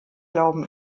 glauben